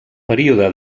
període